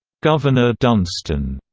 governor dunston.